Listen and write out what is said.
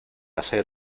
hacer